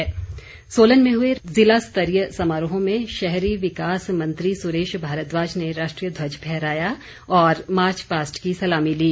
सोलन स्वतंत्रता दिवस सोलन में हुए ज़िला स्तरीय समारोह में शहरी विकास मंत्री सुरेश भारद्वाज ने राष्ट्रीय ध्वज फहराया और मार्च पास्ट की सलामी ली